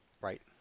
right